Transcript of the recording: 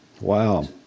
Wow